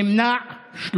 שלושה נמנעים.